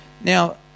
now